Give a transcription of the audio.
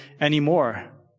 anymore